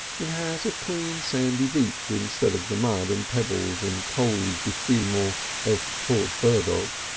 it has a clean sandy beach instead of the mud and pebbles and coaly defilements of port burdock,